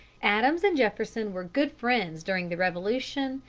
adams and jefferson were good friends during the revolution,